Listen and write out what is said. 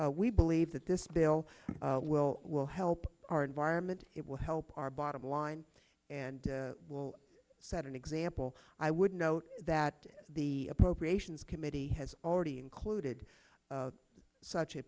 we believe that this bill will will help our environment it will help our bottom line and will set an example i would note that the appropriations committee has already included such a